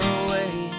away